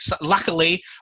Luckily